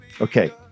okay